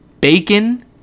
bacon